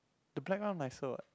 the black one nicer what